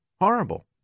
horrible